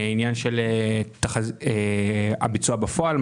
הביצוע בפועל.